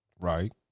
right